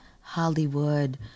Hollywood